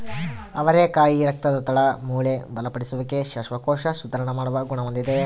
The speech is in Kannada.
ಅವರೆಕಾಯಿ ರಕ್ತದೊತ್ತಡ, ಮೂಳೆ ಬಲಪಡಿಸುವಿಕೆ, ಶ್ವಾಸಕೋಶ ಸುಧಾರಣ ಮಾಡುವ ಗುಣ ಹೊಂದಿದೆ